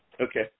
Okay